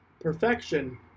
Perfection